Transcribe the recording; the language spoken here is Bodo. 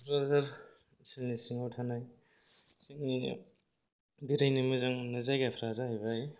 क'क्राजार ओनसोलनि सिङाव थानाय जोंनि बेरायनो मोजां मोननाय जायगाफोरा जाहैबाय